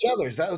others